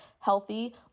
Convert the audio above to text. healthy